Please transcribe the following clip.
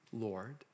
Lord